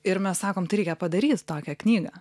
ir mes sakom tai reikia padaryt tokią knygą